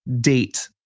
date